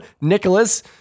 Nicholas